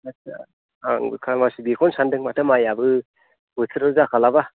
आटसा आंबो खालमासि बेखौनो सानदों माथो माइयाबो बोथोरजों जाखालाबा